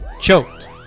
choked